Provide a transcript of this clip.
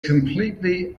completely